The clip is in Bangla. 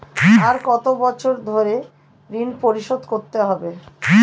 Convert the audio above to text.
আর কত বছর ধরে ঋণ পরিশোধ করতে হবে?